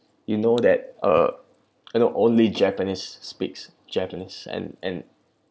you know that uh you know only japanese speaks japanese and and